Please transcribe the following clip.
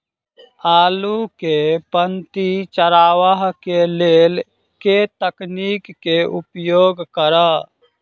आलु केँ पांति चरावह केँ लेल केँ तकनीक केँ उपयोग करऽ?